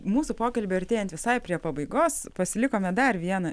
mūsų pokalbiui artėjant visai prie pabaigos pasilikome dar vieną